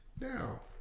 Now